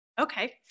Okay